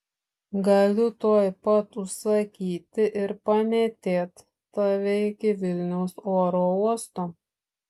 galiu tuoj pat užsakyti ir pamėtėt tave iki vilniaus oro uosto